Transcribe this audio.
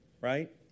right